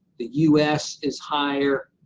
the u s. is higher,